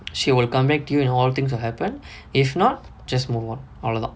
she will come back to you and all things will happen if not just move on I will lock